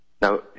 Now